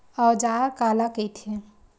औजार काला कइथे?